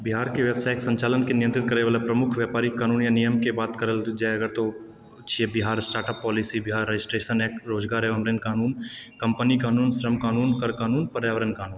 बिहारके व्यवसायके सञ्चालनके नियंत्रित करै वला प्रमुख व्यापारी कानून या नियमके बात करल जाए अगर तऽ ओ छिऐ Bihar startup policy Bihar registration act रोजगार एवं निबन्धन कानून कम्पनी कानून श्रम क़ानून कर कानून पर्यावरण कानून